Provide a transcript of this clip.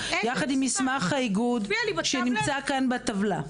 יחד עם מסמך האיגוד שנמצא בטבלה.